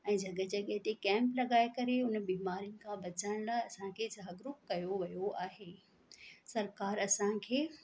ऐं जॻहि जॻहि ते कैंप लॻाए करे उन बीमारियुनि खां बचण लाइ असांखे जागरुक कयो वियो आहे सरकार असांखे